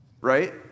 Right